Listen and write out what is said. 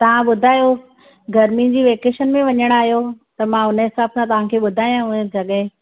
तव्हां ॿुधायो गरिमी जी वेकेशन में वञिणा अहियो त मां हुनजे हिसाब सां तव्हां खे ॿुधायांव जॻहि